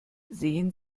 sehen